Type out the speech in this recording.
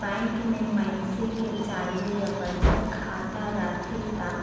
bank में मइनसे के चालू या बचत खाता रथे त